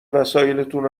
وسایلاتون